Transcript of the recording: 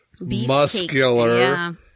muscular